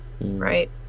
right